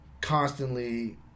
constantly